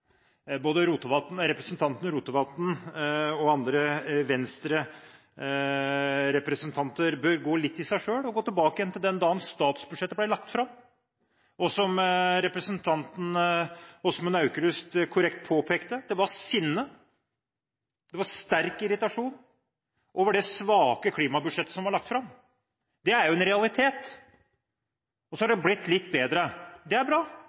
Både representanten Rotevatn og andre Venstre-representanter bør gå litt i seg selv og gå tilbake til den dagen statsbudsjettet ble lagt fram. Som representanten Åsmund Aukrust korrekt påpekte: Det var sinne og sterk irritasjon over det svake klimabudsjettet som var lagt fram. Det er en realitet. Så har det blitt litt bedre. Det er bra